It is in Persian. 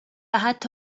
حتی